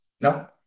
No